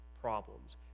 problems